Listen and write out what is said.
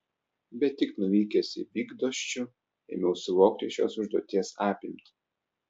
bet tik nuvykęs į bydgoščių ėmiau suvokti šios užduoties apimtį